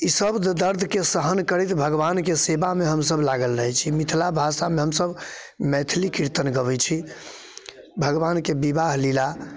ई सब दर्दके सहन करैत भगवानके सेवामे हमसब लागल रहल छी मिथिला भाषामे हमसब मैथिली कीर्तन गबै छी भगवानके बिवाह लीला